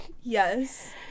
Yes